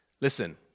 Listen